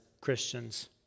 Christians